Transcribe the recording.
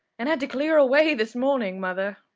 and had to clear away this morning, mother!